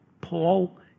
Paul